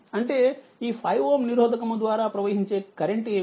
అంటే ఈ 5Ω నిరోధకము ద్వారా ప్రవహించే కరెంట్ ఏమిటి